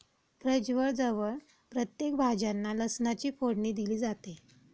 प्रजवळ जवळ प्रत्येक भाज्यांना लसणाची फोडणी दिली जाते